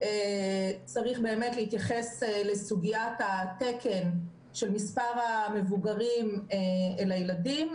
צריך באמת להתייחס לסוגיית התקן של מס' המבוגרים לילדים,